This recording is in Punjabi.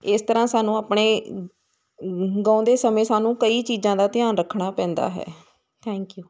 ਇਸ ਤਰ੍ਹਾਂ ਸਾਨੂੰ ਆਪਣੇ ਗਾਉਂਦੇ ਸਮੇਂ ਸਾਨੂੰ ਕਈ ਚੀਜ਼ਾਂ ਦਾ ਧਿਆਨ ਰੱਖਣਾ ਪੈਂਦਾ ਹੈ ਥੈਂਕ ਯੂ